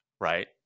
right